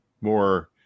more